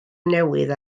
newydd